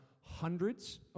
hundreds